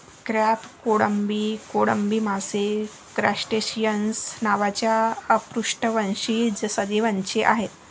crab, कोळंबी, कोळंबी मासे क्रस्टेसिअन्स नावाच्या अपृष्ठवंशी सजीवांचे आहेत